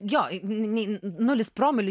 jo nei nulis promilių